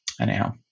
anyhow